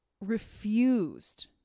refused